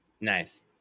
Nice